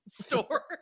Store